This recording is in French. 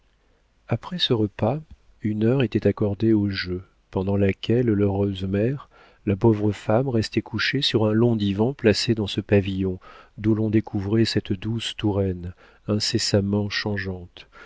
après ce repas une heure était accordée aux jeux pendant laquelle l'heureuse mère la pauvre femme restait couchée sur un long divan placé dans ce pavillon d'où l'on découvrait cette douce touraine incessamment changeante